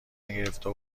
نگرفته